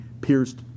pierced